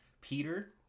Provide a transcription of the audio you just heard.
Peter